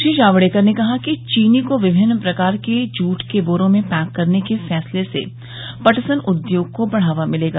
श्री जावडेकर ने कहा कि चीनी को विमिन्न प्रकार के जूट के बोरों में पैक करने के फैसले से पटसन उद्योग को बढावा मिलेगा